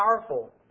powerful